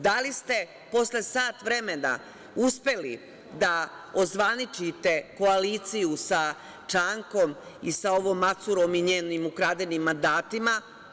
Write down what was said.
Da li ste posle sat vremena uspeli da ozvaničite koaliciju sa Čankom i sa ovom Macurom i njenim ukradenim mandatima?